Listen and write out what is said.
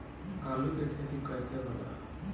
आलू के खेती कैसे होला?